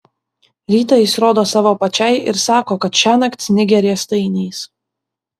rytą jis rodo savo pačiai ir sako kad šiąnakt snigę riestainiais